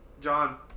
John